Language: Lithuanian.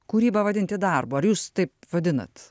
kūrybą vadinti darbu ar jūs taip vadinat